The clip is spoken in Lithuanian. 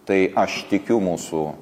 tai aš tikiu mūsų